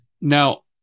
now